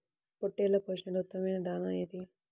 పొట్టెళ్ల పోషణలో ఉత్తమమైన దాణా ఏది?